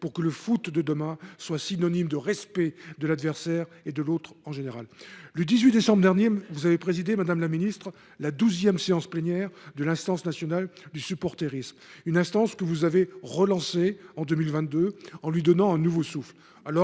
pour que le football de demain soit synonyme de respect de l’adversaire et de l’autre en général. Le 18 décembre dernier, vous avez présidé, madame la ministre, la douzième séance plénière de l’Instance nationale du supportérisme – une instance que vous avez relancée en 2022, en lui donnant un nouveau souffle. Quelles